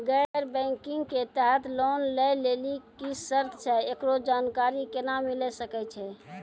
गैर बैंकिंग के तहत लोन लए लेली की सर्त छै, एकरो जानकारी केना मिले सकय छै?